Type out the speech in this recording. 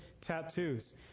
tattoos